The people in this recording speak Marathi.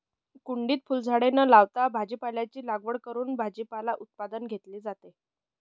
कुंडीत फुलझाडे न लावता भाजीपाल्याची लागवड करून भाजीपाला उत्पादन घेतले जाते